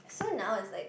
so now it's like